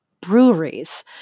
breweries